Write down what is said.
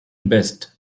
best